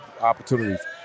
opportunities